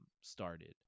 started